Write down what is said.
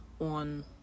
on